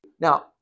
Now